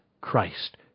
Christ